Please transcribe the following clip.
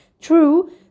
True